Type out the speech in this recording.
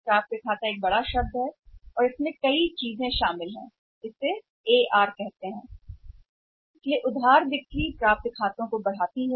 प्राप्य खाते एक बड़ा शब्द है खाता क्षमा करें यह प्राप्य खाता है इसलिए प्राप्य खाते एक बड़ा शब्द है और यह है कई चीजें शामिल हैं और कई चीजों में यह प्राप्य है एसी नहीं यह एआर है